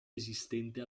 esistente